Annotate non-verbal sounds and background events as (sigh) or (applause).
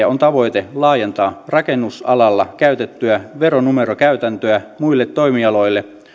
(unintelligible) on tavoite laajentaa rakennusalalla käytettyä veronumerokäytäntöä muille toimialoille